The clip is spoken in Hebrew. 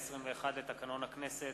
אין מתנגדים,